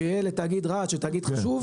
שיהיה לתאגיד רהט שהוא תאגיד חשוב,